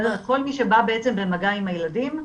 כל מי שבא במגע עם הילדים,